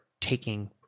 taking